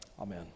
Amen